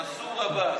מנסור עבאס,